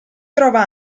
trova